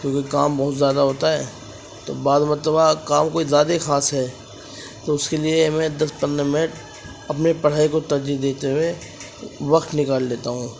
کیونکہ کام بہت زیادہ ہوتا ہے تو بعض مرتبہ کام کچھ زیادہ ہی خاص ہے تو اس کے لیے میں دس پندرہ منٹ اپنے پڑھائی کو ترجیح دیتے ہوئے وقت نکال لیتا ہوں